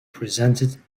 presented